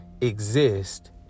exist